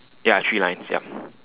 ya three lines ya